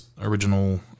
original